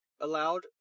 allowed